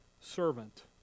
servant